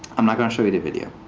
i'm not going to show you the video.